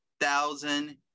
thousand